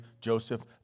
Joseph